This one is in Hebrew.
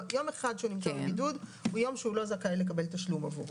יום אחד שבו הוא נמצא בבידוד הוא יום שהוא לא זכאי לקבל תשלום עבורו.